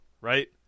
right